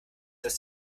das